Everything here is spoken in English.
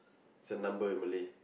it's a number in Malay